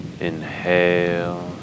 Inhale